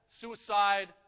Suicide